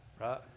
right